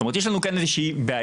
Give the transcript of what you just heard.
זאת אומרת יש לנו כאן איזו שהיא בעיה,